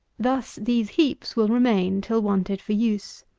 thus these heaps will remain till wanted for use.